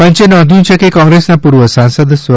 પંચે નોંધ્યું છે કે કોંગ્રેસના પૂર્વ સાંસદ સ્વ